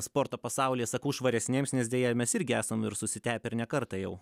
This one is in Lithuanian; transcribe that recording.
sporto pasaulyje sakau švaresnėms nes deja mes irgi esam ir susitepę ir ne kartą jau